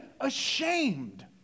ashamed